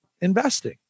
investing